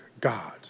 God